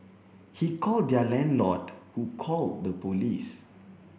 he called their landlord who called the police